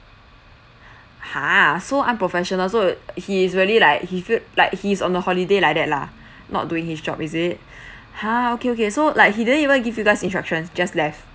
ha so unprofessional so he is really like he feel like he is on a holiday like that lah not doing his job is it ha okay okay so like he didn't even give you guys instructions just left